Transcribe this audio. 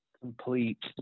complete